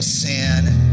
sin